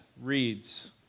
reads